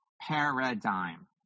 paradigm